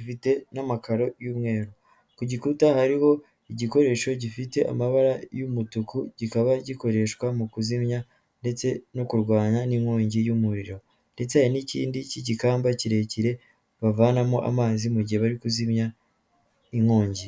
ifite n'amakaro y'umweru. Ku gikuta hariho igikoresho gifite amabara y'umutuku, kikaba gikoreshwa mu kuzimya ndetse no kurwanya n'inkongi y'umuriro; ndetse n'ikindi cy'igikamba kirekire bavanamo amazi mu gihe bari kuzimya inkongi.